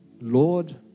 Lord